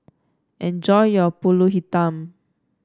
enjoy your pulut Hitam